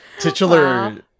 Titular